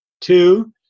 Two